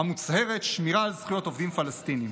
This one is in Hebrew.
המוצהרת: שמירה על זכויות עובדים פלסטינים.